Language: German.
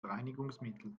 reinigungsmittel